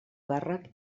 càrrec